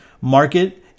Market